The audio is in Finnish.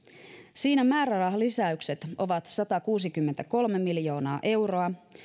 siinä määrärahalisäykset ovat satakuusikymmentäkolme miljoonaa euroa